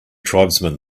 tribesman